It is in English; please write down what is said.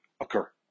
occur